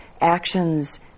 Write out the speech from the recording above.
actions